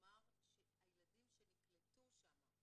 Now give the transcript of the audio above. לומר שהילדים שנקלטו שם,